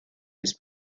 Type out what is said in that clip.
his